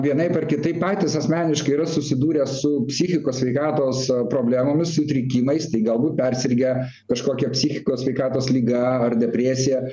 vienaip ar kitaip patys asmeniškai yra susidūrę su psichikos sveikatos problemomis sutrikimais tai galbūt persirgę kažkokia psichikos sveikatos liga ar depresija